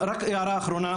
הערה אחרונה,